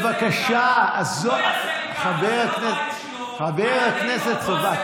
בבקשה, עזוב, הוא לא יעשה לי ככה.